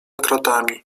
kratami